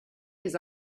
his